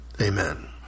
amen